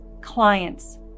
clients